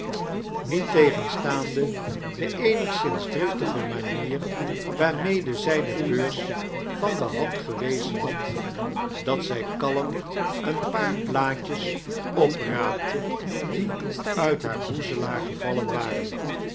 niettegenstaande de eenigszins driftige manier waarmede zij de beurs van de hand gewezen had dat zij kalm een paar blaadjes opraapte die udt haar boezelaar gevallen waren